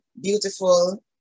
beautiful